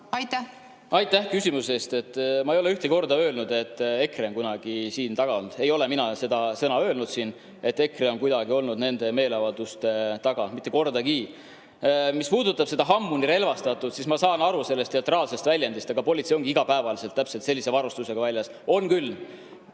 Aitäh küsimuse eest! Ma ei ole ühtegi korda öelnud, et EKRE on siin taga olnud. Ei ole mina seda siin öelnud, et EKRE on kuidagi olnud nende meeleavalduste taga. Mitte kordagi! Mis puudutab seda hambuni relvastatust, siis ma saan sellest teatraalsest väljendist aru, aga politsei ongi iga päev täpselt sellise varustusega väljas. On küll!